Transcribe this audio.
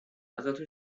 ازتون